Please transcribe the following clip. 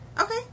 Okay